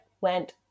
went